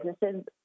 businesses